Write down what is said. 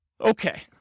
Okay